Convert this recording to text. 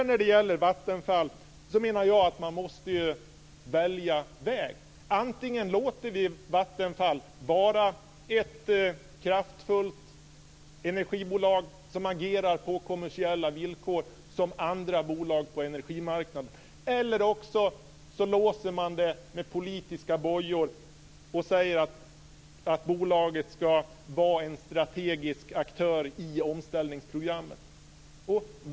När det gäller Vattenfall menar jag att man måste välja väg. Antingen låter vi Vattenfall vara ett kraftfullt energibolag som agerar på kommersiella villkor som andra bolag på energimarknaden eller också låser vi det med politiska bojor och säger att bolaget ska vara en strategisk aktör i omställningsprogrammet.